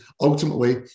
ultimately